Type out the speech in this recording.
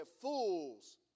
fools